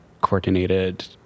coordinated